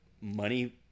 money